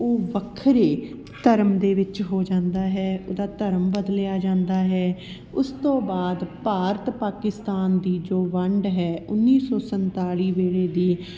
ਉਹ ਵੱਖਰੇ ਧਰਮ ਦੇ ਵਿੱਚ ਹੋ ਜਾਂਦਾ ਹੈ ਉਹਦਾ ਧਰਮ ਬਦਲਿਆ ਜਾਂਦਾ ਹੈ ਉਸ ਤੋਂ ਬਾਅਦ ਭਾਰਤ ਪਾਕਿਸਤਾਨ ਦੀ ਜੋ ਵੰਡ ਹੈ ਉੱਨੀ ਸੌ ਸੰਤਾਲੀ ਵੇਲੇ ਦੀ